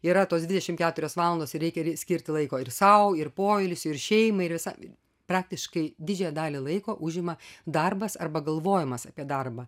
yra tos dvidešimt keturios valandos ir reikia skirti laiko ir sau ir poilsiui ir šeimai ir visa praktiškai didžiąją dalį laiko užima darbas arba galvojimas apie darbą